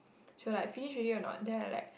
she will like finish already or not then I like